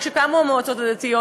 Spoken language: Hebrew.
כשקמו המועצות הדתיות,